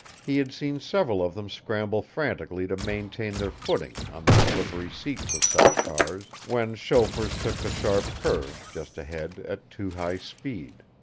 he had seen several of them scramble frantically to maintain their footing on the slippery seats of such cars when chauffeurs took the sharp curve, just ahead, at too high speed.